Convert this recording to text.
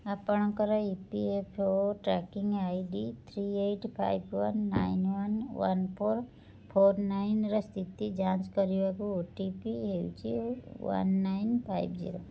ଆପଣଙ୍କର E P F O tracking ID three eight five one nine one one four four ନାଇନ୍ର ସ୍ଥିତି ଯାଞ୍ଚ କରିବାକୁ ଓ ଟି ପି ହେଉଛି ୱାନ୍ ନାଇନ୍ ଫାଇବ୍ ଜିରୋ